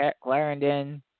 Clarendon